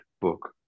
book